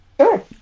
Sure